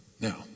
Now